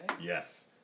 Yes